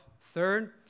Third